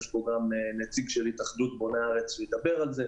נמצא כאן נציג של התאחדות בוני הארץ ואני מניח שהוא ידבר על זה.